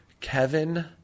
Kevin